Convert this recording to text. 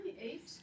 eight